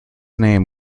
name